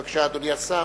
בבקשה, אדוני השר,